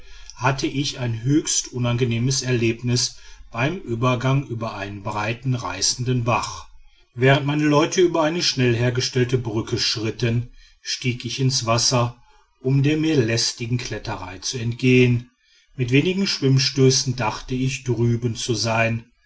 hatte ich ein höchst unangenehmes erlebnis beim übergang über einen breiten reißenden bach während meine leute über eine schnell hergestellte brücke schritten stieg ich ins wasser um der mir lästigen kletterei zu entgehen mit wenigen schwimmstößen gedachte ich drüben zu sein